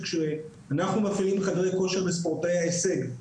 כשאנחנו מפעילים מכוני כושר לספורטאי ההישג.